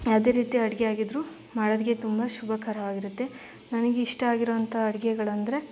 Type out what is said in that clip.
ಯಾವುದೇ ರೀತಿ ಅಡುಗೆ ಆಗಿದ್ದರು ಮಾಡೋದಕ್ಕೆ ತುಂಬ ಶುಭಕರವಾಗಿರುತ್ತೆ ನನಗಿಷ್ಟ ಆಗಿರುವಂಥ ಅಡುಗೆಗಳೆಂದ್ರೆ